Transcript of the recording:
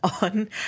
on